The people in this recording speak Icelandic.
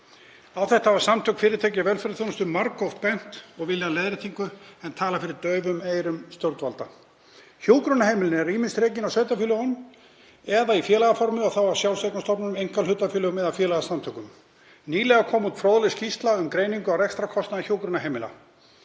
Á þetta hafa Samtök fyrirtækja í velferðarþjónustu margoft bent og vilja leiðréttingu en tala fyrir daufum eyrum stjórnvalda. Hjúkrunarheimilin eru ýmist rekin af sveitarfélögunum eða í félagaformi og þá af sjálfseignarstofnunum, einkahlutafélögum eða félagasamtökum. Nýlega kom út fróðleg skýrsla um greiningu á rekstrarkostnaði hjúkrunarheimila.